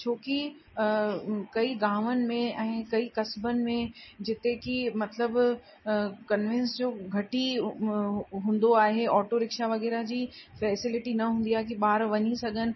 छोकी कई गांवनि ऐं कई क़स्बनि में जिते की मतिलबु कनवेंस जो घटि ई हूंदो आहे ऑटोरिक्शा वग़ैरह जी फेसिलिटी न हूंदी आहे की ॿार वञी सघनि